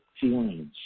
feelings